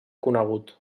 conegut